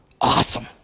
Awesome